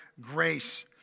Grace